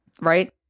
right